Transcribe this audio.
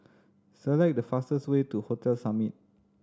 select the fastest way to Hotel Summit